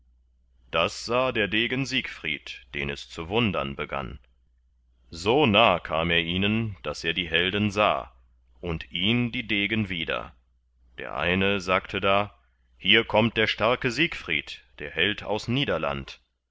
das sah der degen siegfried den es zu wundern begann so nah kam er ihnen daß er die helden sah und ihn die degen wieder der eine sagte da hier kommt der starke siegfried der held aus niederland